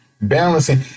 balancing